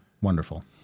wonderful